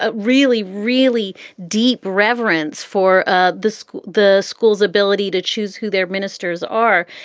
ah really, really deep reverence for ah the school, the school's ability to choose who their ministers are.